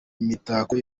imitako